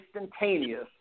instantaneous